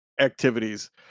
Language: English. activities